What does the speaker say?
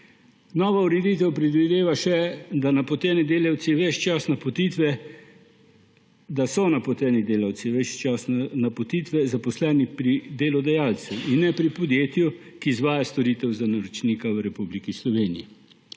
Nova ureditev predvideva še to, da so napoteni delavci ves čas napotitve zaposleni pri delodajalcu in ne pri podjetju, ki izvaja storitev za naročnika v Republiki Sloveniji.